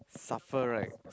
suffer right